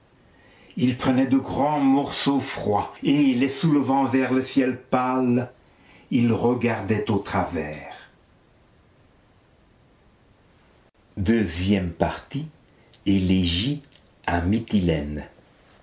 il prenait de grands morceaux froids et les soulevant vers le ciel pâle il regardait au travers ii élégies à mytilène